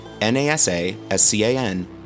N-A-S-A-S-C-A-N